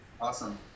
Awesome